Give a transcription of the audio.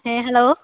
ᱦᱮᱸ ᱦᱮᱞᱳ